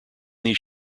these